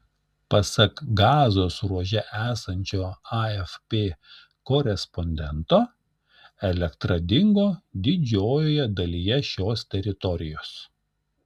pasak gazos ruože esančio afp korespondento elektra dingo didžiojoje dalyje šios teritorijos